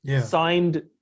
signed